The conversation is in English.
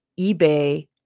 eBay